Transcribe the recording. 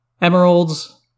Emeralds